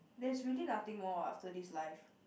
there's really nothing more what after this life